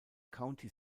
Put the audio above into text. county